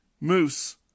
Moose